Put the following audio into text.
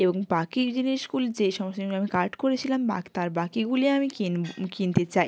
এবং বাকির জিনিসগুলি যেসমস্ত আমি কার্ট করেছিলাম বাকি তার বাকিগুলি আমি কিনতে চাই